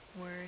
word